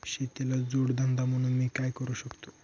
शेतीला जोड धंदा म्हणून मी काय करु शकतो?